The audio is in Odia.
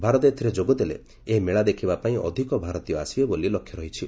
ଭାରତ ଏଥିରେ ଯୋଗ ଦେଲେ ଏହି ମେଳା ଦେଖିବା ପାଇଁ ଅଧିକ ଭାରତୀୟ ଆସିବେ ବୋଲି ଲକ୍ଷ୍ୟ ରହିଛି